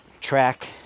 track